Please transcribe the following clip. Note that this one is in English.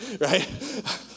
right